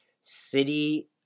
city